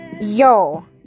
Yo